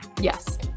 Yes